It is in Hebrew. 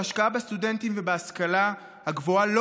ההשקעה בסטודנטים ובהשכלה הגבוהה לא